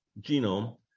genome